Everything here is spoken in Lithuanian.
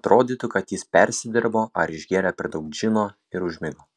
atrodytų kad jis persidirbo ar išgėrė per daug džino ir užmigo